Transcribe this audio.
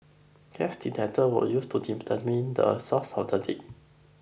gas detector were used to determine the source of the leak